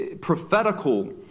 prophetical